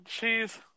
jeez